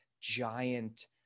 giant